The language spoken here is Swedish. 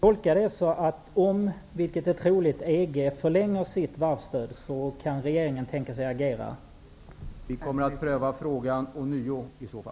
Fru talman! Jag tolkar detta som, att om EG förlänger sitt varvsstöd, vilket är troligt, kan regeringen tänka sig att agera.